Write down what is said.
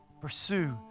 Pursue